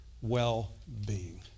well-being